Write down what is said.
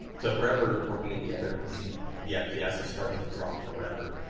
so, if we're ever working in the editor and we see the fps is starting to drop or whatever,